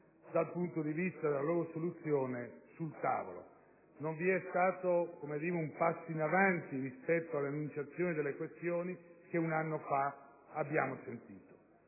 dal punto di vista della loro soluzione, sul tavolo: non vi è stato un passo in avanti rispetto all'enunciazione delle questioni che abbiamo sentito